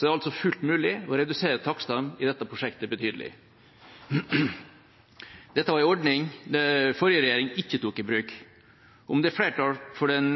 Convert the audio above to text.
det altså fullt mulig å redusere takstene i dette prosjektet betydelig. Dette var en ordning den forrige regjeringa ikke tok i bruk. Om det er flertall for den